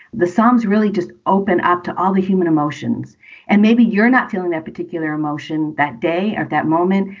the psalms really just open up to all the human emotions and maybe you're not feeling that particular emotion that day at that moment.